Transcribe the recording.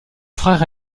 frère